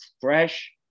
fresh